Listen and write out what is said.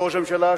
ראש הממשלה,